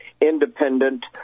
independent